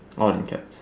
all in caps